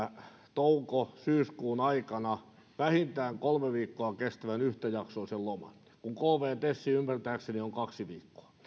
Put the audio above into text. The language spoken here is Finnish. touko syyskuun aikana vähintään kolme viikkoa kestävän yhtäjaksoisen loman kun kvtes ymmärtääkseni on kaksi viikkoa